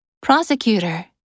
Prosecutor